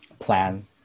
Plan